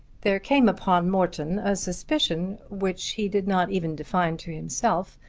there came upon morton a suspicion, which he did not even define to himself,